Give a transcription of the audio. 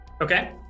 Okay